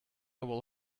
will